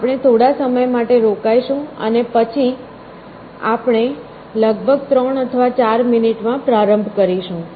આપણે થોડા સમય માટે રોકાઈશું અને પછી આપણે લગભગ 3 અથવા 4 મિનિટમાં પ્રારંભ કરીશું